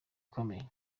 ikomeye